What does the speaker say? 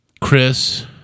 Chris